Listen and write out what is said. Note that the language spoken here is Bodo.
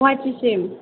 गुवाहाटिसिम